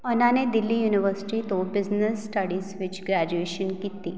ਉਹਨਾਂ ਨੇ ਦਿੱਲੀ ਯੂਨੀਵਰਸਿਟੀ ਤੋਂ ਬਿਜ਼ਨਸ ਸਟੱਡੀਜ਼ ਵਿੱਚ ਗ੍ਰੈਜੂਏਸ਼ਨ ਕੀਤੀ